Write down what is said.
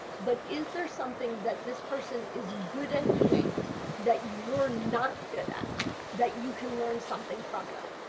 but is there something that this person is good at doing that you are not good at that you can learn something from them?